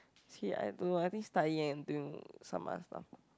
see I don't know I think start already and doing some other stuff